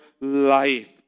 life